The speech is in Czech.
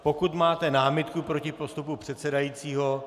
Pokud máte námitku proti postupu předsedajícího?